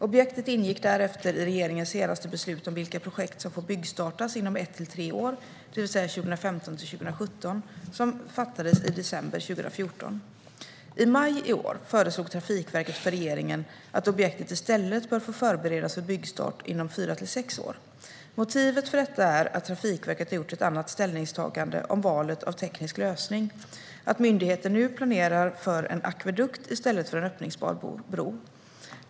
Objektet ingick därefter i regeringens senaste beslut som fattades i december 2014 om vilka projekt som får byggstarta inom ett till tre år, det vill säga 2015-2017. I maj i år föreslog Trafikverket för regeringen att objektet i stället bör få förberedas för byggstart inom fyra till sex år. Motivet för detta är att Trafikverket har gjort ett annat ställningstagande om valet av teknisk lösning: Myndigheten planerar nu för en akvedukt i stället för en öppningsbar bro.